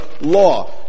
law